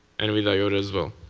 and with iota as well.